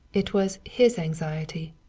it was his anxiety,